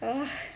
ugh